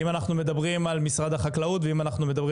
אם אנחנו מדברים על משרד החקלאות ואם אנחנו מדברים